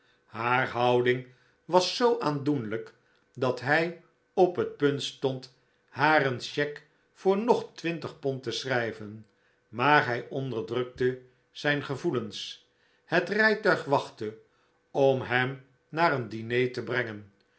haar houding was zoo aandoenlijk dat hij op het punt stond haar een cheque voor nog twintig pond te schrijven maar hij onderdrukte zijn gevoelens het rijtuig wachtte om hem naar een diner te brengen